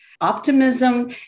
Optimism